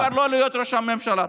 והוא כבר לא יהיה ראש הממשלה.